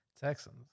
texans